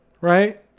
right